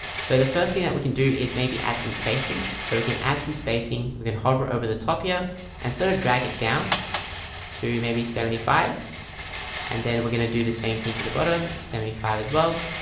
so the first thing that we can do is maybe add some spacing so we can add some spacing we're gonna hover over the top here and sort of drag it down so maybe seventy five and then we're gonna do the same thing for the bottom seventy five as well